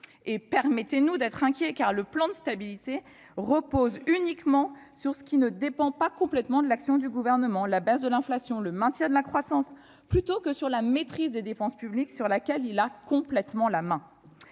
Permettez-nous d'être inquiets, car le plan de stabilité repose uniquement sur ce qui ne dépend pas complètement de l'action du Gouvernement- la baisse de l'inflation, le maintien de la croissance -plutôt que sur la maîtrise des dépenses publiques, sur laquelle il a complètement la main.